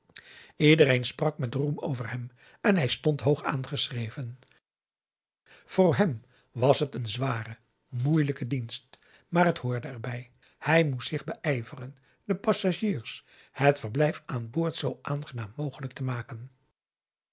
iedereen sprak met roem over hem en hij stond hoog aangeschreven voor hem was het een zware moeielijke dienst maar het hoorde er bij hij moest zich beijveren den passagiers het verblijf aan boord zoo aangenaam mogelijk te maken